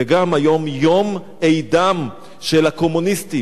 וגם היום יום אֵידם של הקומוניסטים,